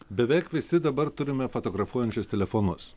beveik visi dabar turime fotografuojančius telefonus